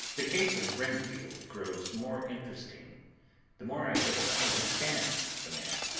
the case of renfield grows more interesting the more i get to understand the man.